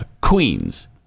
queens